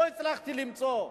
לא הצלחתי למצוא,